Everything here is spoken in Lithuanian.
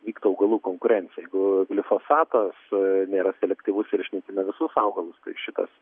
vyktų augalų konkurencija jeigu glifosatas nėra selektyvus ir išnaikina visus augalus tai šitas